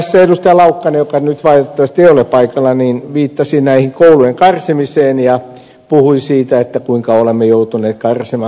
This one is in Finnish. laukkanen joka nyt valitettavasti ei ole paikalla viittasi tähän koulujen karsimiseen ja puhui siitä kuinka olemme joutuneet karsimaan kouluja